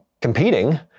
competing